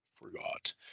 forgot